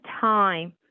time